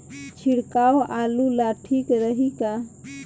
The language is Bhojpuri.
छिड़काव आलू ला ठीक रही का?